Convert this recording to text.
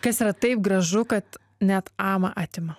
kas yra taip gražu kad net amą atima